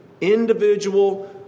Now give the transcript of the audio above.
individual